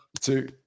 two